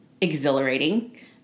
exhilarating